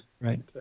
Right